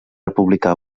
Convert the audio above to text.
republicà